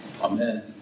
Amen